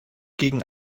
gegen